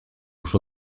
już